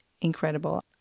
incredible